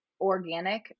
Organic